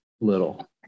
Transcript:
little